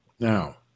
Now